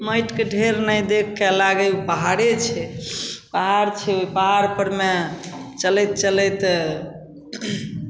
माटिके ढेर नहि देखिके लागै पहाड़े छै पहाड़ छै ओहि पहाड़परमे चलैत चलैत